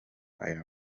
aya